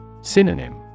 Synonym